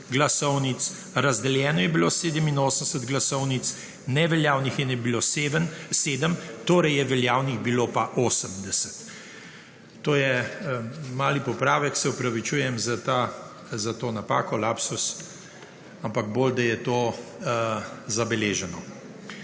glasovnic, razdeljenih je bilo 87 glasovnic, neveljavnih je bilo 7, torej je bilo veljavnih pa 80. To je mali popravek. Se opravičujem za to napako, lapsus, ampak bolje, da je to zabeleženo.